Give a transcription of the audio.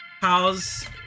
hows